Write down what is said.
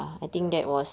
ya